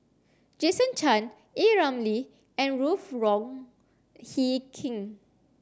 jason Chan A Ramli and Ruth Wong Hie King